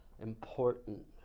important